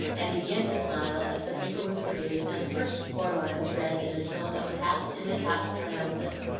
and began to smile as the paper was produced and the first four lines read in a tone that was half timid, half triumphant.